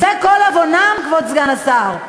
זה כל עוונם, כבוד סגן השר.